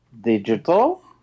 digital